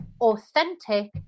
authentic